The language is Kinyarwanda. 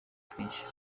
twinshi